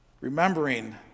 Remembering